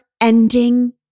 ending